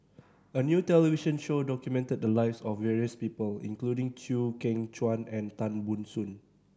a new television show documented the lives of various people including Chew Kheng Chuan and Tan Ban Soon